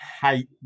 hate